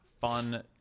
fun